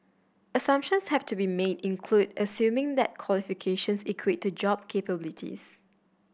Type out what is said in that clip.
assumptions have to be made include assuming that qualifications equate to job capabilities